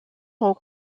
ont